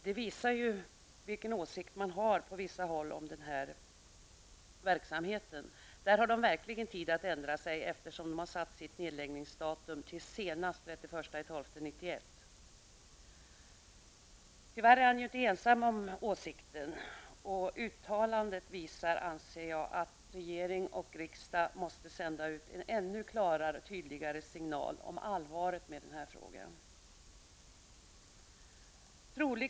Det visar vilken åsikt man har på vissa håll om den här verksamheten. De har verkligen tid att ändra sig eftersom de har satt sitt nedläggningsdatum till senast den 31 december Tyvärr är han inte ensam om åsikten. Jag anser att uttalandet visar att regering och riksdag måste sända ut ännu klarare och tydligare signaler om allvaret med den här frågan.